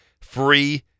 free